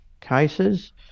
cases